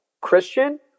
Christian